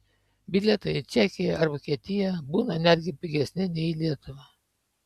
bilietai į čekiją ar vokietiją būna netgi pigesni nei į lietuvą